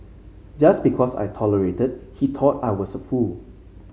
just because I tolerated he thought I was a fool